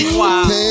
wow